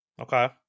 Okay